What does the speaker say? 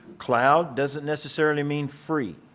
cloud doesn't necessarily mean free.